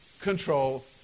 control